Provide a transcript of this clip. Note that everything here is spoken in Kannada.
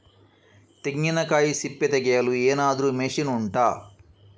ತೆಂಗಿನಕಾಯಿ ಸಿಪ್ಪೆ ತೆಗೆಯಲು ಏನಾದ್ರೂ ಮಷೀನ್ ಉಂಟಾ